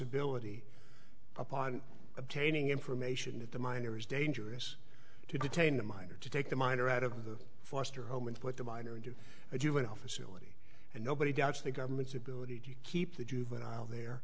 ability upon obtaining information that the minor is dangerous to detain a minor to take the minor out of the foster home and put the minor in to do it all facility and nobody doubts the government's ability to keep the juvenile there